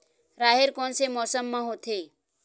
राहेर कोन से मौसम म होथे?